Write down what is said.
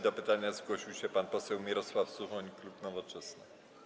Do pytania zgłosił się pan poseł Mirosław Suchoń, klub Nowoczesna.